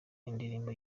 indirimbo